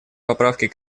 поправки